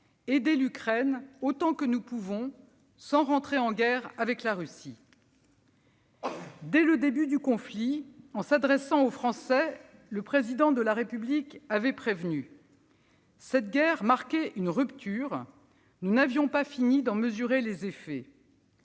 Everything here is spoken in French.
aider l'Ukraine autant que nous pouvons, sans entrer en guerre avec la Russie. Dès le début du conflit, en s'adressant aux Français, le Président de la République avait prévenu : cette guerre marquait une rupture, et nous n'avions pas fini d'en mesurer les effets.